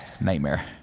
nightmare